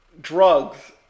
drugs